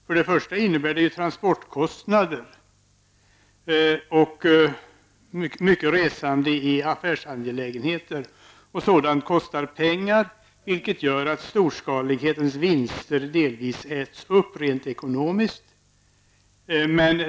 Först och främst innebär det transportkostnader och mycket resande i affärsangelägenheter, och sådant kostar pengar, vilket gör att storskalighetens vinster delvis äts upp rent ekonomiskt.